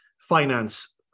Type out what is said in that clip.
finance